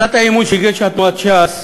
הצעת האי-אמון שהגישה תנועת ש"ס